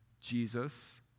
Jesus